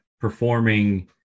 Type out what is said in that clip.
performing